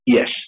Yes